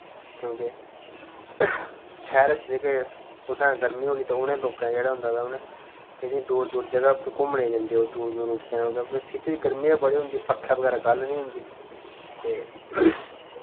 क्यूंकि शैह्रे च जेह्के उत्थै गर्मी होनी ते उ'नें लोकें जेह्ड़ा होंदा ते उ'नें जेह्ड़ी दूर दूर जगह उप्पर घूमने जन्दे ओह् दूर दूर उठी क्यूंकि सिटी च गर्मी गै बड़ी होंदी पक्खे बगैर गल्ल निं होंदी ते